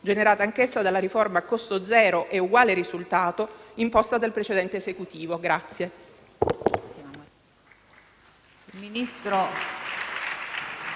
generata anch'essa dalla riforma a costo zero e uguale risultato imposta dal precedente Esecutivo. La